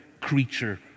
creature